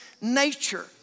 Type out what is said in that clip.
nature